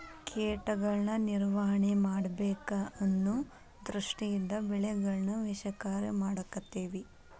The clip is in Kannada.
ಕೇಟಗಳನ್ನಾ ನಿರ್ವಹಣೆ ಮಾಡಬೇಕ ಅನ್ನು ದೃಷ್ಟಿಯಿಂದ ಬೆಳೆಗಳನ್ನಾ ವಿಷಕಾರಿ ಮಾಡಾಕತ್ತೆವಿ